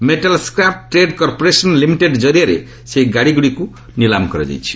metal scrap trade corporation limited ଜରିଆରେ ସେହି ଗାଡ଼ିଗୁଡ଼ିକୁ ନିଲାମ କରାଯାଇଛି